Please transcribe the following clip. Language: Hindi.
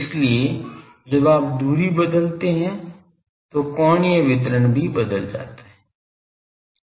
इसलिए जब आप दूरी बदलते हैं तो कोणीय वितरण भी बदल जाता है